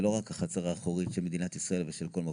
לא רק החצר האחורית של מדינת ישראל ושל כל מקום.